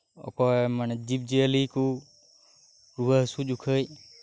ᱚᱠᱟ ᱢᱟᱱᱮ ᱡᱤᱵ ᱡᱤᱭᱟᱹᱞᱤ ᱠᱚ ᱨᱩᱣᱟᱹ ᱦᱟᱥᱩᱜ ᱡᱚᱠᱷᱚᱱ